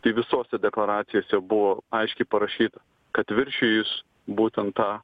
kai visose deklaracijose buvo aiškiai parašyta kad viršijus būtent tą